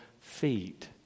feet